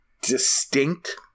distinct